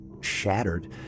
shattered